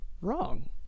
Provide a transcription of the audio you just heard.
wrong